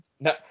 No